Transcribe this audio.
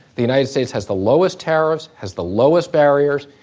the united states has the lowest tariffs, has the lowest barriers.